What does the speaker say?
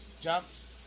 Jumps